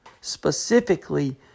Specifically